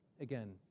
Again